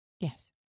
Yes